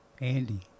Andy